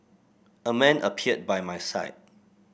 a man appeared by my side